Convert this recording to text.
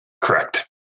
Correct